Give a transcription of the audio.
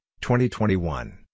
2021